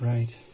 Right